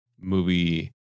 movie